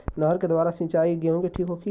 नहर के द्वारा सिंचाई गेहूँ के ठीक होखि?